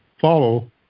follow